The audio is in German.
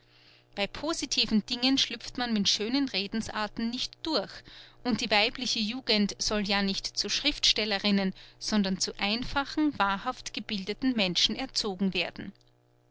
bei positiven dingen schlüpft man mit schönen redensarten nicht durch und die weibliche jugend soll ja nicht zu schriftstellerinnen sondern zu einfachen wahrhaft gebildeten menschen erzogen werden